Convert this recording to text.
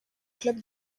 club